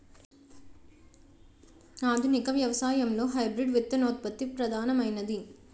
ఆధునిక వ్యవసాయంలో హైబ్రిడ్ విత్తనోత్పత్తి ప్రధానమైనది